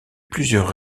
plusieurs